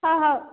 ହେଉ ହେଉ